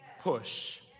push